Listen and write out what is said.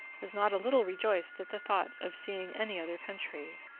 was not a little rejoiced at the thoughts of seeing any other country.